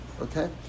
Okay